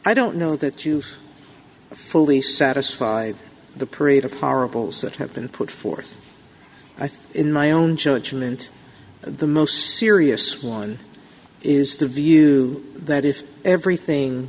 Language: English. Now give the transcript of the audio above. i don't know that you fully satisfy the parade of horribles that have been put forth i think in my own judgment the most serious one is the view that if everything